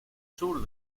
sur